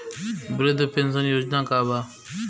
वृद्ध पेंशन योजना का बा?